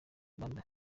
rwanda